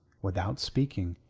without speaking,